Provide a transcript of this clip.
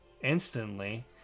instantly